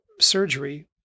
surgery